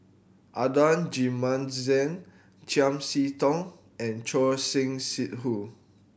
Adan Jimenez Chiam See Tong and Choor Singh Sidhu